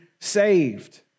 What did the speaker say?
saved